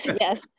Yes